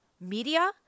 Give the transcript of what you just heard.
media